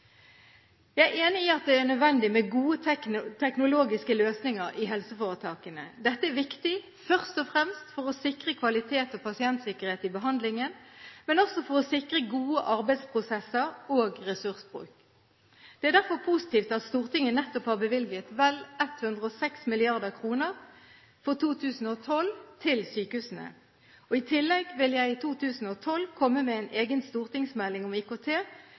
Jeg er enig i at det er nødvendig med gode teknologiske løsninger i heleforetakene. Dette er viktig først og fremst for å sikre kvalitet og pasientsikkerhet i behandlingen, men også for å sikre gode arbeidsprosesser og ressursbruk. Det er derfor positivt at Stortinget nettopp har bevilget vel 106 mrd. kr for 2012 til sykehusene. I tillegg vil jeg i 2012 komme med en egen stortingsmelding om IKT,